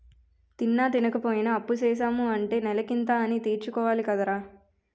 తిన్నా, తినపోయినా అప్పుసేసాము అంటే నెలకింత అనీ తీర్చుకోవాలి కదరా